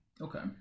Okay